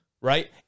Right